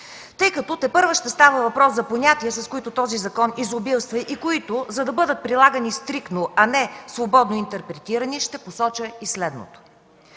Тъй като тепърва ще става въпрос за понятия, с които този закон изобилства и които, за да бъдат прилагани стриктно, а не свободно интерпретирани, ще посоча и следното.